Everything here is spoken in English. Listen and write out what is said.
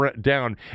down